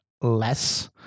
less